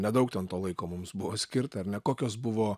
nedaug ten to laiko mums buvo skirta ar ne kokios buvo